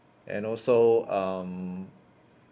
and also um